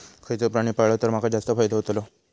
खयचो प्राणी पाळलो तर माका जास्त फायदो होतोलो?